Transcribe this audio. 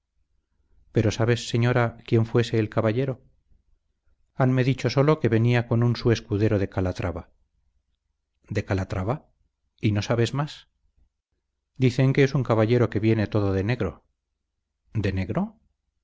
pero sabes señora quién fuese el caballero hanme dicho sólo que venía con un su escudero de calatrava de calatrava y no sabes más dicen que es un caballero que viene todo de negro de negro